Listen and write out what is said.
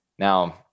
Now